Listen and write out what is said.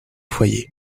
foyer